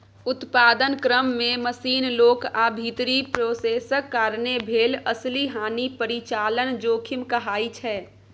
उत्पादन क्रम मे मशीन, लोक आ भीतरी प्रोसेसक कारणेँ भेल असली हानि परिचालन जोखिम कहाइ छै